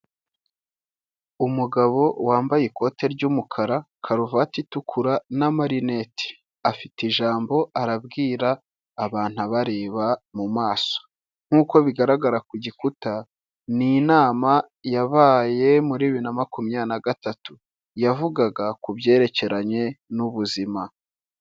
Umugabo wambaye ikote ry'umukara karuvati itukura na marinete afite ijambo arabwira abantu qbareba mu maso, nkuko bigaragara ku gikuta n'inama yabaye muri bibiri na makumyabiri na gatatu, yavugaga ku byerekeranye n'ubuzima.